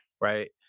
right